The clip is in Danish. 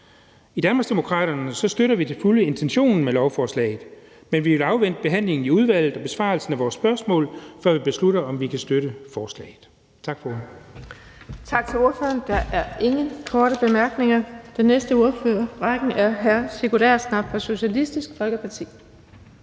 I Danmarksdemokraterne støtter vi til fulde intentionen med lovforslaget, men vi vil afvente behandlingen i udvalget og besvarelsen af vores spørgsmål, før vi beslutter, om vi kan støtte forslaget. Tak for